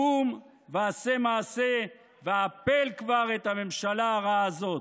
קום ועשה מעשה והפל כבר את הממשלה הרעה הזאת.